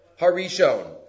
Harishon